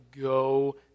go